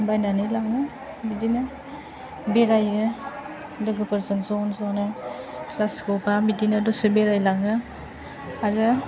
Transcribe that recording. बायनानै लाङो बिदिनो बेरायो लोगोफोरजों ज' ज'नो ख्लास गबा बिदिनो दसे बेरायलाङो आरो